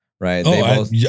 Right